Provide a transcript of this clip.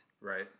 Right